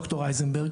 ד"ר אייזנברג